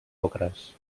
ocres